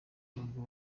n’ubwo